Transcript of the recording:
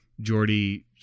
Jordy